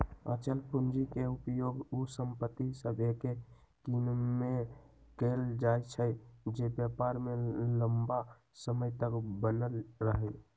अचल पूंजी के उपयोग उ संपत्ति सभके किनेमें कएल जाइ छइ जे व्यापार में लम्मा समय तक बनल रहइ